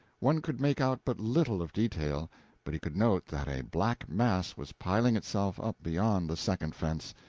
one could make out but little of detail but he could note that a black mass was piling itself up beyond the second fence.